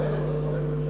בנט, שהוא חבר בממשלה,